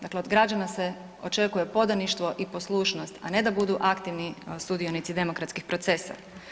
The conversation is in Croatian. Dakle, od građana se očekuje podaništvo i poslušnost, a ne da budu aktivni sudionici demokratskih procesa.